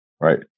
Right